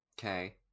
Okay